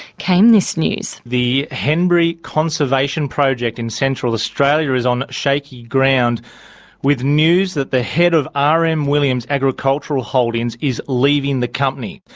came this news journalist the henbury conservation project in central australia is on shaky ground with news that the head of r. m. williams agricultural holdings is leaving the company.